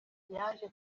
yaje